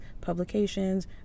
publications